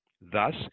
Thus